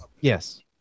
Yes